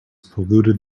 polluted